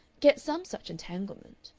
get some such entanglement.